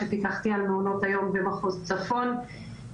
שפיקחתי על מעונות היום במחוז צפון,